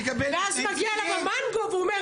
אני אדבר עם המחבל?